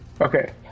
okay